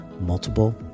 multiple